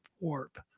warp